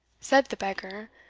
said the beggar,